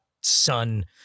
son